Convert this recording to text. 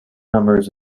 numbers